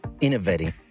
innovating